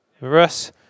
Russ